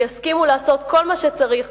שיסכימו לעשות כל מה שצריך,